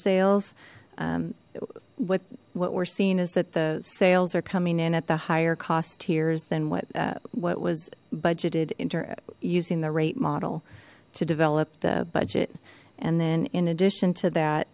sales what what we're seeing is that the sales are coming in at the higher cost tiers than what what was budgeted into using the rate model to develop the budget and then in addition to